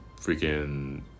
freaking